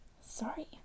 Sorry